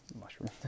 mushroom